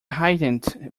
heightened